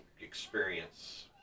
experience